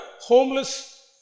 homeless